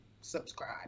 subscribe